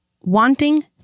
wanting